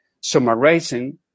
summarizing